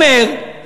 אומר,